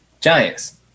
Giants